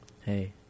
hey